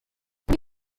qui